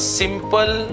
simple